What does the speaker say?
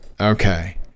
Okay